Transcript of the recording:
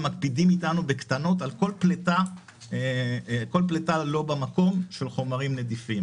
מקפידים איתנו בקטנות על כל פליטה לא במקום של חומרים נדיפים.